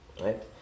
right